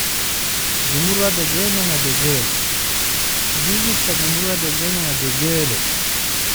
Gumura degen'nga degerl, Digitta gumura degen'nga degero.